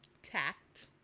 tact